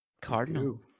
Cardinal